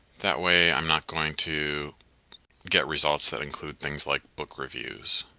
that way, i'm not going to get results that include things like book reviews.